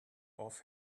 off